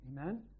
amen